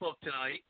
tonight